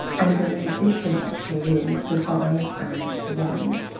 and any resistant bacteria will survive and grow.